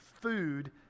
food